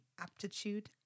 aptitude